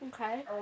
Okay